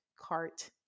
cart